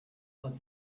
but